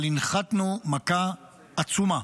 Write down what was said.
אבל הנחתנו מכה עצומה.